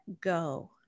go